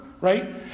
right